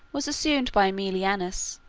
was assumed by aemilianus,